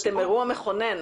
אתם אירוע מכונן.